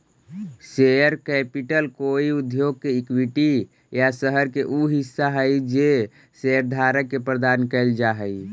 share capital कोई उद्योग के इक्विटी या शहर के उ हिस्सा हई जे शेयरधारक के प्रदान कैल जा हई